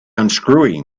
unscrewing